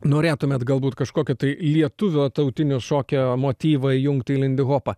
norėtumėt galbūt kažkokio tai lietuvio tautinio šokio motyvą įjungt į lindihopą